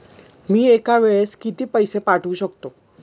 मी एका वेळेस किती पैसे पाठवू शकतो?